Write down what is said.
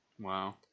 Wow